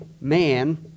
man